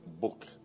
book